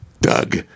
Doug